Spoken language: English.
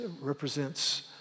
represents